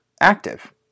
active